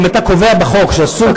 אם אתה קובע בחוק שאסור לקבל,